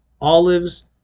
olives